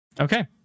Okay